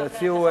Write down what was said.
ויציעו,